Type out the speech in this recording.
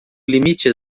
limite